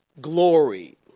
glory